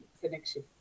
connection